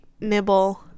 nibble